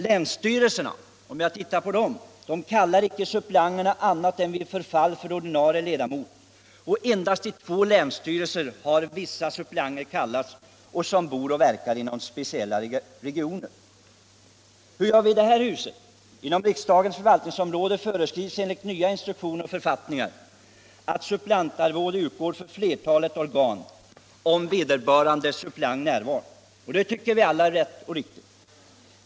Länsstyrelserna kallar icke suppleanterna annat än vid förfall för ordinarie ledamot, och endast i två länsstyrelser har man kallat vissa suppleanter, som bor och verkar inom speciella regioner. Inom riksdagens förvaltningsområde föreskrivs enligt nya instruktioner och författningar att suppleantarvode utgår för flertalet organ, om vederbörande suppleant är närvarande — och det tycker vi alla är rätt och riktigt.